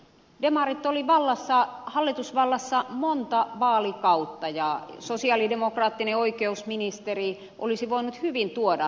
demarit olivat hallitusvallassa monta vaalikautta ja sosialidemokraattinen oikeusministeri olisi voinut hyvin tuoda sellaisen esityksen